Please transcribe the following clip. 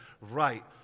Right